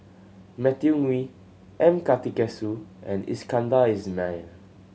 Matthew Ngui M Karthigesu and Iskandar Ismail